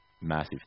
massive